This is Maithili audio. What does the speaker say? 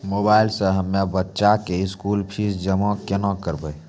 मोबाइल से हम्मय बच्चा के स्कूल फीस जमा केना करबै?